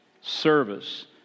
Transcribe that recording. service